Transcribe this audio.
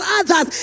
others